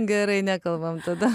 gerai nekalbam tada